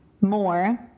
more